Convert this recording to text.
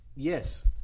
Yes